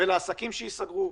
ולעסקים שייסגרו.